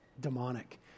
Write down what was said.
demonic